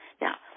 Now